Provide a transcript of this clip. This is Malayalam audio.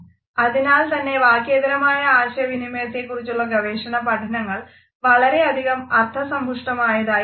അതിനാൽത്തന്നെ വാക്യേതരമായ ആശയവിനിമയത്തെക്കുറിച്ചുള്ള ഗവേഷണ പഠനങ്ങൾ വളരെയധികം അർത്ഥസമ്പുഷ്ടമായതായി കാണാം